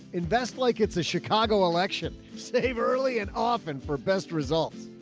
invest like it's a chicago election save early and often for best results.